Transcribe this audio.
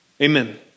Amen